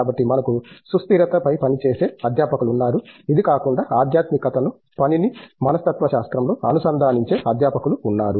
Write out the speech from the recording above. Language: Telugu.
కాబట్టి మనకు సుస్థిరత పై పనిచేసే అధ్యాపకులు ఉన్నారు ఇది కాకుండా ఆధ్యాత్మికతను పని ని మనస్తత్వశాస్త్రంలో అనుసంధానించే అధ్యాపకులు ఉన్నారు